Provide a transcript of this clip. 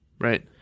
Right